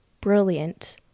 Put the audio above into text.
brilliant